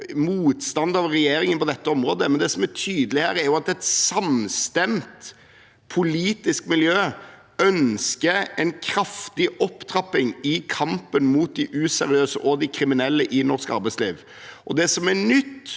motstander av regjeringen på dette området, men det som er tydelig her, er at et samstemt politisk miljø ønsker en kraftig opptrapping i kampen mot de useriøse og de kriminelle i norsk arbeidsliv. Det som er nytt